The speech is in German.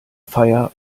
feier